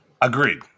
Agreed